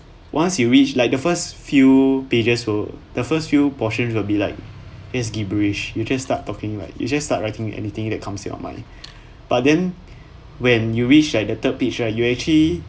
once you reach like the first few pages will the first few portions will be like just gibberish you just start talking like you just start writing anything that comes your mind but then when you reach like the third page right you actually